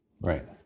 right